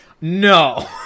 No